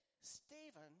Stephen